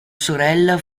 sorella